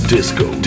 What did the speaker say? Disco